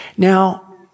Now